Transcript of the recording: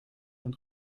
een